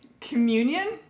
communion